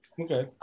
Okay